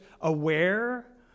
aware